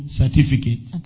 certificate